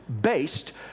based